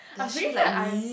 I'm pretty sure I